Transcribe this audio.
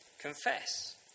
Confess